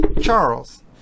Charles